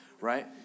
right